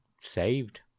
saved